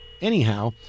anyhow